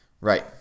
Right